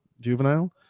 juvenile